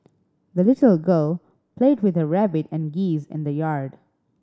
the little girl played with her rabbit and geese in the yard